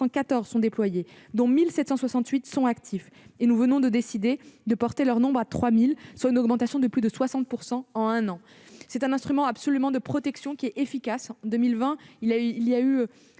sont déployés, dont 1 768 sont actifs, et nous venons de décider de porter leur nombre à 3 000, soit une augmentation de plus de 60 % en un an. C'est un instrument de protection efficace. En 2020, il y a eu